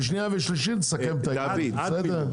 בשנייה ושלישית נסכם את העניין.